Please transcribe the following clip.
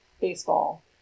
baseball